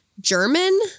German